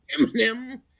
eminem